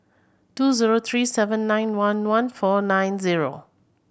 two zero three seven nine one one four nine zero